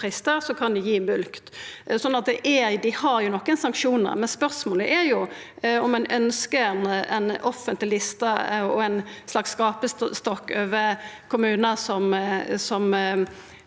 dei har nokre sanksjonar. Spørsmålet er om ein ønskjer ei offentleg liste og ein slags gapestokk over kommunar som